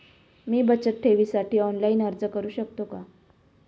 मी बचत ठेवीसाठी ऑनलाइन अर्ज करू शकतो का?